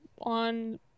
on